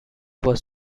was